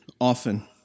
often